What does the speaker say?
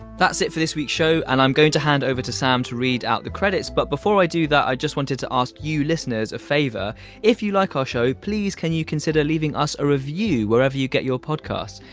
that's it for this week's show and i'm going to hand over to sam to read out the credits but before i do that i just wanted to ask you listeners a favour if you liked like our show please can you consider consider leaving us a review wherever you get your podcast.